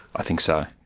i think so.